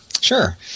Sure